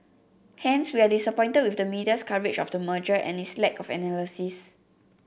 hence we are disappointed with the media's coverage of the merger and its lack of analysis